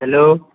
hello